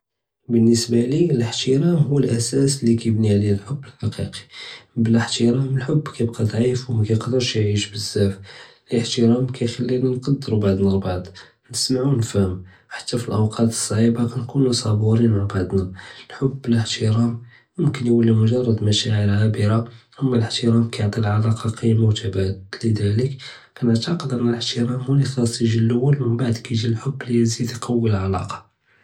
בלנסבה לי אלאהתרם הוא אלאסאס אלי כיבני עליו אלחוב אלחקיקי ובלא אהתרם אלחוב כיבקא דעיף ומקיقدرש יעיש בזאף, אלאהתרם כיכלינא נקדרו בעדנה אלעבד, נסמעו ונפמהו, חתי פלואקט אסעיבה נקונו צפורים מע בעדנה, אלחוב בלא אהתרם מומכן יולי מג'רד משתאר עבירה, אמא אלאהתרם כיעטי אלעלאקה קימה וסת'אב, לד'לק كنעתאקד הוא لي חאס יג'י לול מבעיד كيجي אלחוב לי יזיד יכווי אלעלאקה.